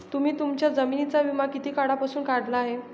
तुम्ही तुमच्या जमिनींचा विमा किती काळापासून काढला आहे?